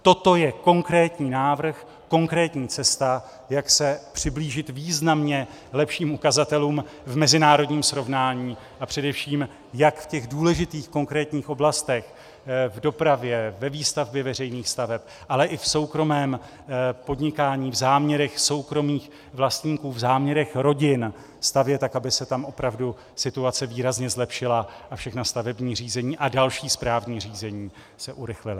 Toto je konkrétní návrh, konkrétní cesta, jak se přiblížit významně lepším ukazatelům v mezinárodním srovnání, a především jak v těch důležitých konkrétních oblastech, v dopravě, ve výstavbě veřejných staveb, ale i v soukromém podnikání, v záměrech soukromých vlastníků, v záměrech rodin stavět, tak aby se tam opravdu situace výrazně zlepšila a všechna stavební řízení a další správní řízení se urychlila.